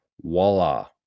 voila